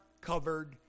covered